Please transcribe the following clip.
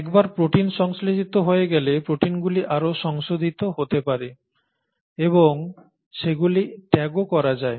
একবার প্রোটিন সংশ্লেষিত হয়ে গেলে প্রোটিনগুলি আরও সংশোধিত হতে পারে এবং সেগুলি ট্যাগও করা যায়